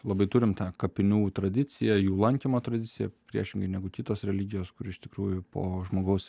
labai turim tą kapinių tradiciją jų lankymo tradicija priešingai negu kitos religijos kuri iš tikrųjų po žmogaus